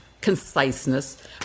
conciseness